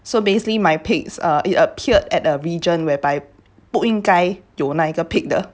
so basically my peaks it appeared at a region where by 不应该有哪一个 peak 的